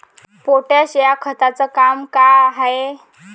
Potash या खताचं काम का हाय?